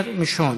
תוביל,